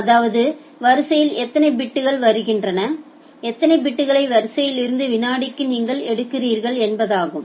அதாவது வரிசையில் எத்தனை பிட்கள் வருகின்றன எத்தனை பிட்களை வரிசையில் இருந்து வினாடிக்கு நீங்கள் எடுக்கிறீர்கள் என்பதாகும்